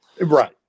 Right